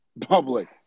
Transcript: public